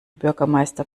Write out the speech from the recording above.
bürgermeister